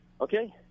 okay